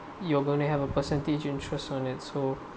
you're going to have a percentage interest on it so